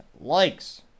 likes